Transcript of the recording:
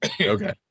Okay